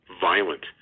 violent